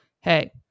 hey